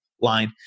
line